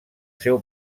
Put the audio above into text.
seu